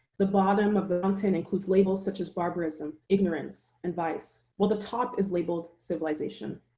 the bottom of the mountain includes labels such as barbarism, ignorance, and vice, while the top is labeled civilization.